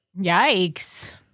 Yikes